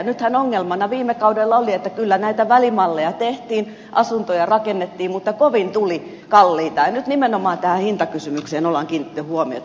nythän ongelmana viime kaudella oli että kyllä näitä välimalleja tehtiin asuntoja rakennettiin mutta kovin tuli kalliita ja nyt nimenomaan tähän hintakysymykseen on kiinnitetty huomiota